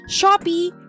Shopee